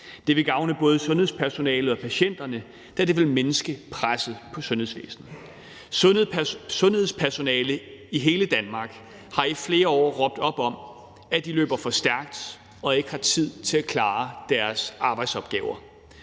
Det vil gavne både sundhedspersonalet og patienterne, da det vil mindske presset på sundhedsvæsenet. Sundhedspersonale i hele Danmark har i flere år råbt op om, at de løber for stærkt, og at de ikke har tid til at klare deres arbejdsopgaver.